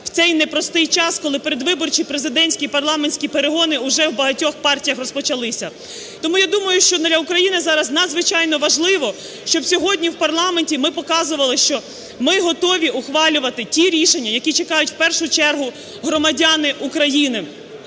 в цей непростий час, коли передвиборчі президентські і парламентські перегони уже в багатьох партіях розпочалися. Тому, я думаю, що для України зараз надзвичайно важливо, щоб сьогодні в парламенті ми показували, що ми готові ухвалювати ті рішення, які чекають, в першу чергу, громадяни України.